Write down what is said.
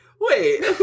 wait